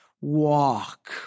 walk